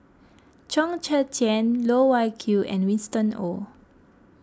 Chong Tze Chien Loh Wai Kiew and Winston Oh